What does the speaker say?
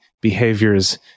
Behaviors